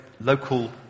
local